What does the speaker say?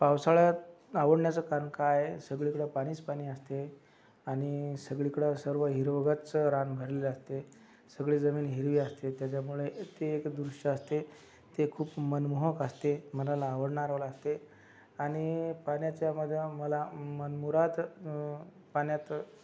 पावसाळ्यात आवडण्याचं कारण काय आहे सगळीकडे पाणीच पाणी असते आणि सगळीकडं सर्व हिरवंगच्च रान भरले असते सगळी जमीन हिरवी असते त्याच्यामुळे ते एक दृश्य असते ते खूप मनमोहक असते मनाला आवडणार वाला असते आणि पाण्याच्या माझ्या मला मनमुराद पाण्यात